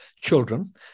children